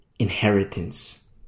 inheritance